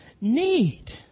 need